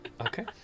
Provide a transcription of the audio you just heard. Okay